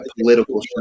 political